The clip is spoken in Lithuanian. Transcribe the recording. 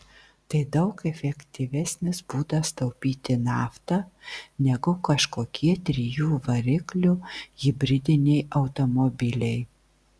tai daug efektyvesnis būdas taupyti naftą negu kažkokie trijų variklių hibridiniai automobiliai